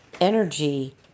energy